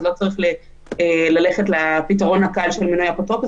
לא צריך ללכת לפתרון הקל של מינוי אפוטרופוס,